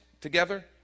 together